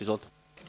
Izvolite.